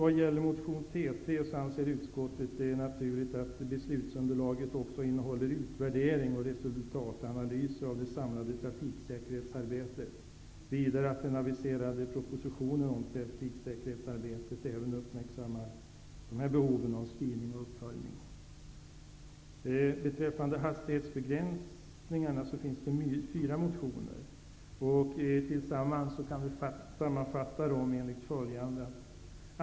Vad gäller motion T3 anser utskottet det naturligt att beslutsunderlaget också innehåller utvärderingar och resultatanalyser av det samlade trafiksäkerhetsarbetet, vidare att den aviserade propositionen om trafiksäkerhetsarbetet uppmärksammar behovet av styrning och uppföljning. Det finns fyra motioner om hastighetsgränserna. De kan sammanfattas med följande.